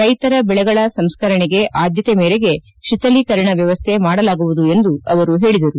ರೈತರ ಬೆಳೆಗಳ ಸಂಸ್ಕರಣೆಗೆ ಆದ್ಕತೆ ಮೇರೆಗೆ ಶಿಥಲೀಕರಣ ವ್ಯವಸ್ಥೆ ಮಾಡಲಾಗುವುದು ಎಂದು ಹೇಳಿದರು